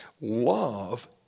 love